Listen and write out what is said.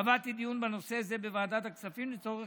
קבעתי דיון בנושא זה בוועדת הכספים לצורך